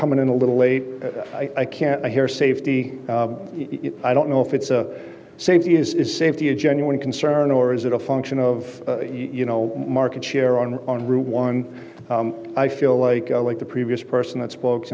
coming in a little late i can't hear safety i don't know if it's a safety is safety a genuine concern or is it a function of you know market share on rule one i feel like i like the previous person that spoke